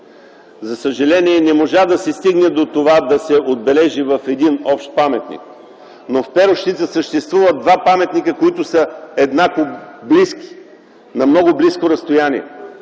За съжаление, не можа да се стигне до това да се отбележи в един общ паметник, но в Перущица съществуват два паметника, които са на много близко разстояние